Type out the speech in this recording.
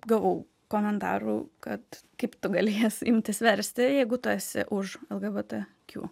gavau komentarų kad kaip tu gali jas imtis versti jeigu tu esi už lgbtq